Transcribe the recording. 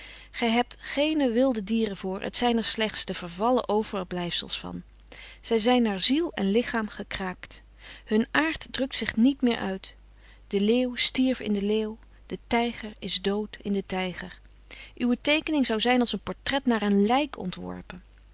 gij hebt geene wilde dieren voor het zijn er slechts de vervallen overblijfsels van zij zijn naar ziel en lichaam gekraakt hun aard drukt zich niet meer uit de leeuw stierf in den leeuw de tijger is dood in den tijger uwe teekening zou zijn als een portret naar een lijk ontworpen